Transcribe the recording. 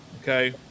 Okay